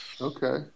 Okay